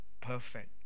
perfect